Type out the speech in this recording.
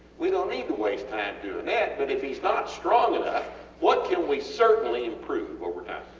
we dont need to waste time doing that but if hes not strong enough what can we certainly improve over time?